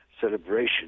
celebration